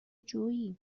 جویی